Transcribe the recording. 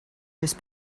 just